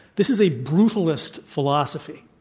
this is a brutalist philosophy.